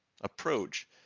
approach